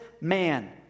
man